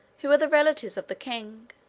who were the relatives of the king,